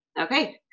Okay